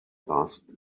asked